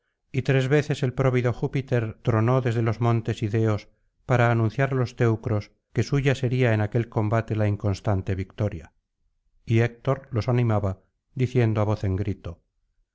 y tres veces el próvido júpiter tronó desde los montes ideos para anunciar á los tcu cros que suya sería en aquel combate la inconstante victoria y héctor los animaba diciendo á voz en grito